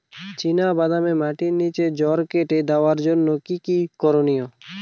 চিনা বাদামে মাটির নিচে জড় কেটে দেওয়ার জন্য কি কী করনীয়?